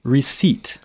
Receipt